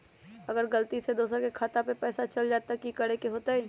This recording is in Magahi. अगर गलती से दोसर के खाता में पैसा चल जताय त की करे के होतय?